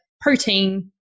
protein